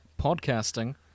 podcasting